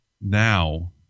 now